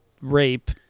rape